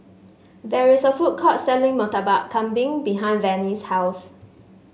there is a food court selling Murtabak Kambing behind Vannie's house